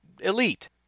elite